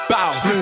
Bow